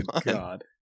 God